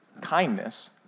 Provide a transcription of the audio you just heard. kindness